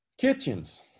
Kitchens